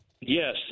yes